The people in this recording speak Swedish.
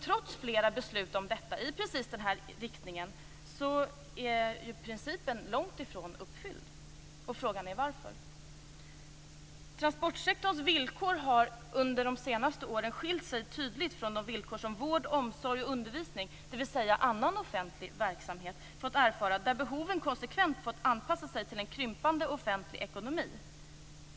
Trots flera beslut om detta i precis den riktningen är principen långt ifrån uppfylld. Frågan är varför. Transportsektorns villkor har under de senaste åren skiljt sig tydligt från de villkor som vård, omsorg och undervisning, dvs. annan offentlig verksamhet, har haft. Där har behoven konsekvent fått anpassa sig till en krympande offentlig ekonomi.